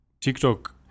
TikTok